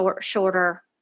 shorter